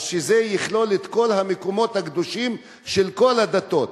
שזה יכלול את כל המקומות הקדושים של כל הדתות.